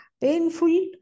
painful